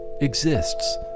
exists